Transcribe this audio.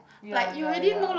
ya ya ya